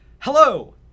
Hello